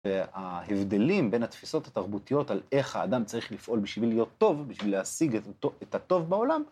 וההבדלים בין התפיסות התרבותיות על איך האדם צריך לפעול בשביל להיות טוב, בשביל להשיג את הטוב בעולם.